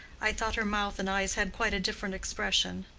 i thought her mouth and eyes had quite a different expression.